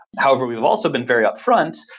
however, we've also been very upfront.